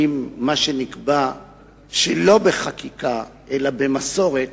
האם מה שנקבע שלא בחקיקה אלא במסורת,